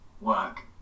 work